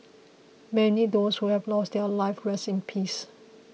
may those who have lost their lives rest in peace